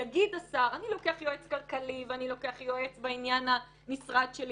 יגיד השר: אני לוקח יועץ כלכלי ואני לוקח יועץ בעניין המשרד שלי,